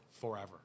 forever